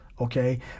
Okay